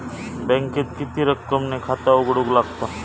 बँकेत किती रक्कम ने खाता उघडूक लागता?